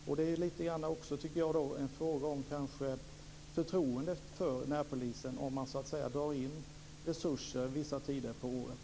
Jag tycker att det också är lite grann en fråga om förtroendet för närpolisen om man drar in resurser vissa tider på året.